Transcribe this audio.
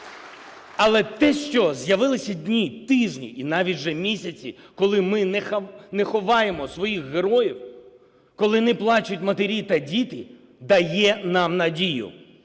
Але те, що з'явились дні, тижні, і навіть вже місяці, коли ми не ховаємо своїх героїв, коли не плачуть матері та діти, дає нам надію.